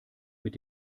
mit